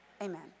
Amen